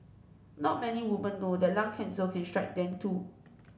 not many women know that lung cancer can strike them too